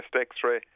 X-ray